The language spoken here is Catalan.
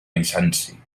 bizanci